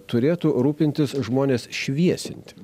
turėtų rūpintis žmones šviesinti